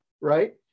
Right